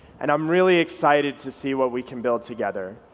and i'm really excited to see what we can build together